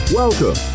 welcome